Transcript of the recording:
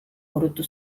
burutu